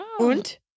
Und